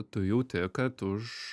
tu jauti kad už